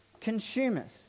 Consumers